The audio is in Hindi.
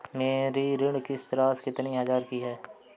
मेरी ऋण किश्त राशि कितनी हजार की है?